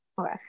Okay